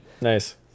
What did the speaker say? Nice